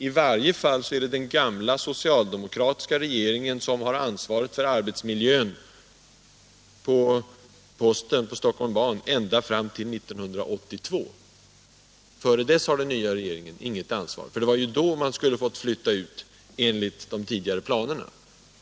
I varje fall är det den gamla socialdemokratiska regeringen som har ansvaret för postens arbetsmiljö på Stockholm Ban ända fram till 1982 — dessförinnan har den nya regeringen inget ansvar — för det var ju då posten skulle ha fått flytta ut enligt de tidigare planerna.